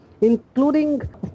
including